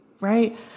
right